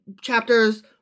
chapters